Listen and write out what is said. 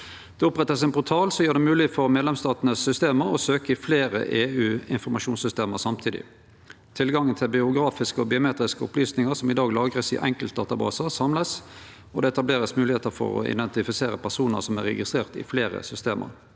vert oppretta ein portal som gjer det mogleg for medlemsstatane sine system å søkje i fleire EU-informasjonssystem samtidig. Tilgangen til biografiske og biometriske opplysningar som i dag vert lagra i enkeltdatabasar, vert samla, og det vert etablert moglegheiter for å identifisere personar som er registrerte i fleire system.